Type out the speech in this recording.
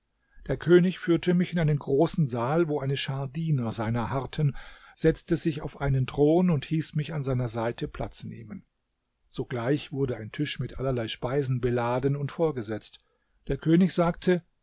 der könig führte mich in einen großen saal wo eine schar diener seiner harrten setzte sich auf einen thron und hieß mich an seiner seite platz nehmen sogleich wurde ein tisch mit allerlei speisen beladen und vorgesetzt der könig sagte